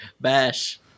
Bash